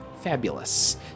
Fabulous